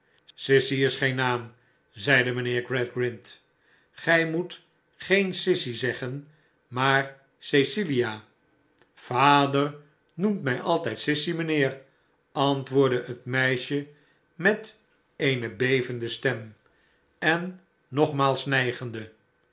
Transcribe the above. sissy is geen naam zeide mijnheer gradgrind gij moetgeen sissy zeggen maar cecilia vader noemtmij altijd sissy mijnheer antwoordde het meisje met eene bevende stem en nogmaals nijgende